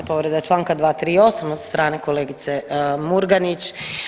Povreda Članka 238. od strane kolegice Murganić.